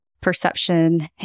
perception